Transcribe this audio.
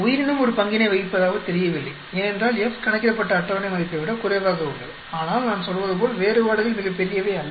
உயிரினம் ஒரு பங்கினை வகிப்பதாகத் தெரியவில்லை ஏனென்றால் F கணக்கிடப்பட்ட அட்டவணை மதிப்பை விட குறைவாக உள்ளது ஆனால் நான் சொல்வது போல் வேறுபாடுகள் மிகப் பெரியவை அல்ல